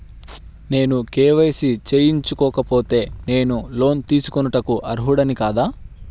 నేను కే.వై.సి చేయించుకోకపోతే నేను లోన్ తీసుకొనుటకు అర్హుడని కాదా?